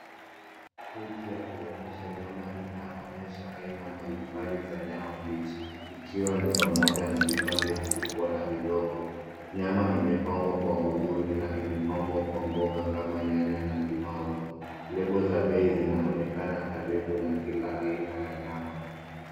Friji ya kuonyesha nyama inaonyesha aina mbali mbali za nyama mbichi ikiwa ni pamoja na vipande vikubwa na vidogo nyama imepangwa kwa uzuri na imepangwa kwa mboga kama nyanya na limau lebo za bei zinaonekana karibu na kila aina ya nyama.